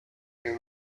you